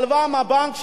הלוואה מהבנק,